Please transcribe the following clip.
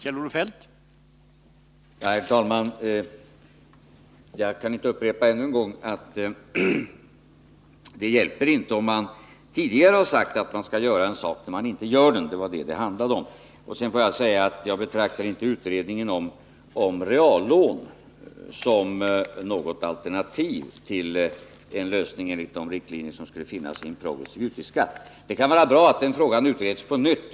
Herr talman! Jag upprepar ännu en gång att det hjälper inte om man tidigare har sagt att man skall göra en sak, om man inte gör den. Det var detta som det handlade om. Sedan får jag säga att jag inte betraktar det så att utredningen om reallån innebär något alternativ till en lösning enligt de riktlinjer som skulle finnas när det gäller progressiv utgiftsskatt. Det kan vara bra att den frågan utreds på nytt.